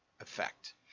effect